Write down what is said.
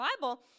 Bible